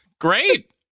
Great